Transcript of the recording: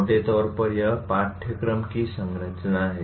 मोटे तौर पर यह पाठ्यक्रम की संरचना है